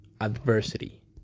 adversity